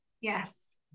Yes